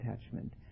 attachment